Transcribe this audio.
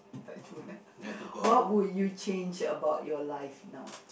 touch wood ah what would you change about your life now